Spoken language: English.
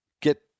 get